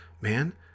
man